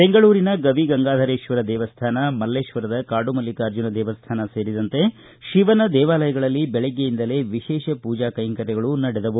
ಬೆಂಗಳೂರಿನ ಗವಿ ಗಂಗಾಧರೇಶ್ವರ ದೇವಸ್ಥಾನ ಮಲೇಶ್ವರದ ಕಾಡು ಮಲ್ಲಿಕಾರ್ಜುನ ದೇವಸ್ಥಾನ ಸೇರಿದಂತೆ ಶಿವನ ದೇವಾಲಯಗಳಲ್ಲಿ ಬೆಳಗ್ಗೆಯಿಂದಲೇ ವಿಶೇಷ ಪೂಜಾ ಕೈಂಕರ್ಯಗಳು ನಡೆದವು